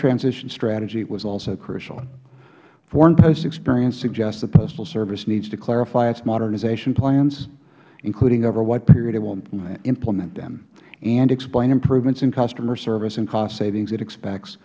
transition strategy was also crucial foreign posts experience suggests the postal service needs to clarify its modernization plans including over what period it will implement them and explain improvements in customer service and cost savings it expects